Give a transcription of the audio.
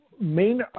main